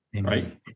right